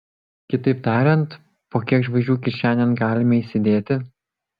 kitaip tariant po kiek žvaigždžių kišenėn galime įsidėti